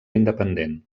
independent